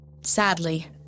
Sadly